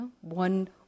One